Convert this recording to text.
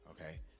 Okay